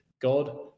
god